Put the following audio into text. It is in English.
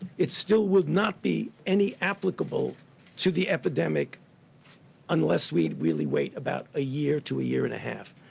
it still would not be any applicable to the epidemic unless we really wait about a year to a year and a half.